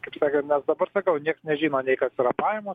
kaip sakant nes dabar sakau nieks nežino nei kas yra pajamos